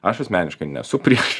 aš asmeniškai nesu prieš